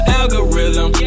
algorithm